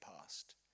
past